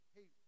Hey